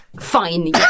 Fine